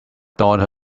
daughter